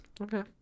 Okay